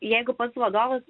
jeigu pas vadovus